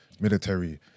Military